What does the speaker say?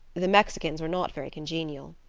the mexicans were not very congenial.